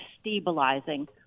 stabilizing